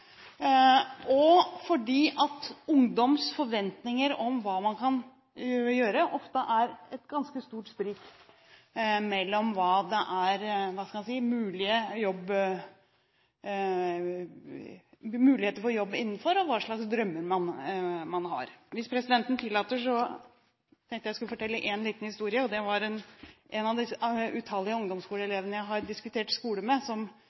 og fordi det i ungdoms forventninger om hva man kan gjøre, ofte er et ganske stort sprik mellom på hvilket område det er muligheter for å få jobb, og hva slags drømmer man har. Hvis presidenten tillater, tenkte jeg jeg skulle fortelle én liten historie. Det var en av disse utallige ungdomsskoleelevene jeg har diskutert skole med,